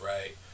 right